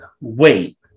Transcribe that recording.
wait